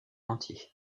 entier